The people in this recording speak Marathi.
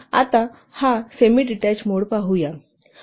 आता हा सेमीडीटेच मोड पाहू